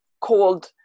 called